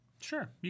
sure